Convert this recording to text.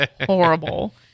horrible